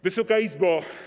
Wysoka Izbo!